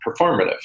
performative